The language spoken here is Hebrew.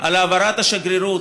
על העברת השגרירות,